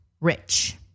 rich